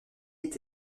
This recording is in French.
est